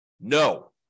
no